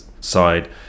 side